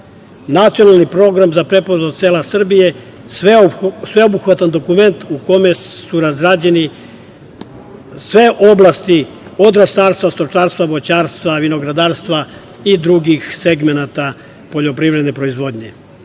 Nacionalni program za preporod sela Srbije je sveobuhvatan dokument u kome su razrađene sve oblasti od ratarstva, stočarstva, voćarstva, vinogradarstva i drugih segmenata poljoprivredne proizvodnje.